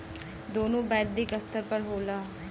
दोनों वैश्विक स्तर पर होला